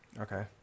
Okay